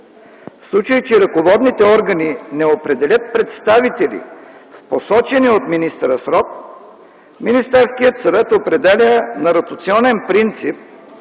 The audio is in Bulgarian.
В случай, че ръководните органи не определят представители в посочения от министъра срок, Министерският съвет определя на ротационен принцип